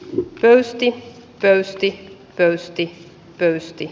mikä esti pöysti pöysti pöysti